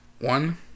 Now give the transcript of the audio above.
one